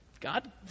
God